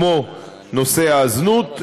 כמו נושא הזנות,